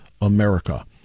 America